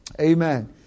amen